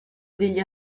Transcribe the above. degli